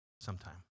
sometime